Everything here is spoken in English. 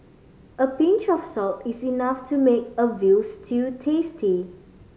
a pinch of salt is enough to make a veal stew tasty